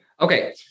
Okay